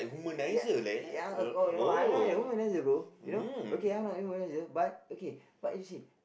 ya ya oh oh no I'm not a womanizer bro you know okay ah I'm not a womanizer but okay but you see